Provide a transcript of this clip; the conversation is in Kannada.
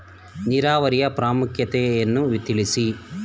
ನೀರಾವರಿಯ ಪ್ರಾಮುಖ್ಯತೆ ಯನ್ನು ತಿಳಿಸಿ?